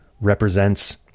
represents